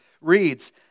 reads